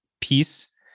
piece